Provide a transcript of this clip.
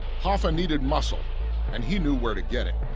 hoffa needed muscle and he knew where to get it.